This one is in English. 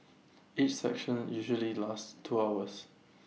each session usually lasts two hours